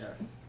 Yes